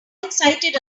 excited